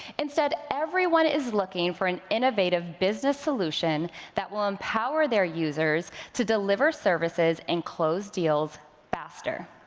instead, everyone is looking for an innovative business solution that will empower their users to deliver services and close deals faster.